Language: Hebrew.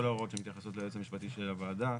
ההוראות שמתייחסות ליועץ המשפטי של הוועדה.